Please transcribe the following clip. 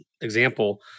example